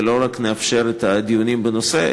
ולא רק נאפשר את הדיונים בנושא,